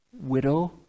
widow